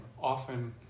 often